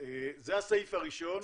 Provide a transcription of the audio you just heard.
זה הסעיף הראשון.